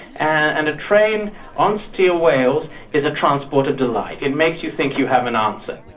and a train on steel rails is a transport of delight. it makes you think you have an answer.